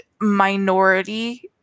minority